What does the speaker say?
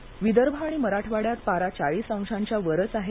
हवामान् विदर्भ आणि मराठवाड्यात पारा चाळीस अंशांच्या वरच आहे